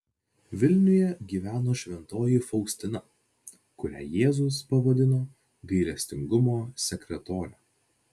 vilniuje gyveno šventoji faustina kurią jėzus pavadino gailestingumo sekretore